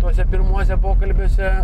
tuose pirmuose pokalbiuose